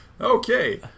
Okay